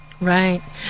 right